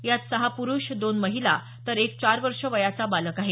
यात सहा प्रूष दोन महिला तर एक चार वर्षे वयाचा बालक आहे